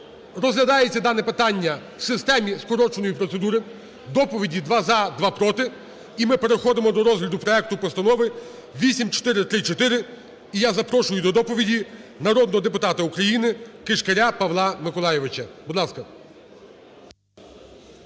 Розглядається дане питання в системі скороченої процедури, доповіді: два – за, два – проти. І ми переходимо до розгляду проекту постанови 8434. І я запрошую до доповіді народного депутата України Кишкаря Павла Миколайовича, будь ласка.